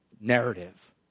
narrative